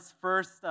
first